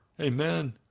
Amen